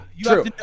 true